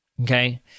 okay